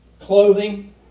clothing